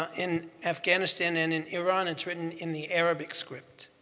ah in afghanistan and in iran it's written in the arabic script.